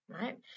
right